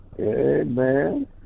Amen